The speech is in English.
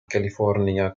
california